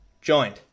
joined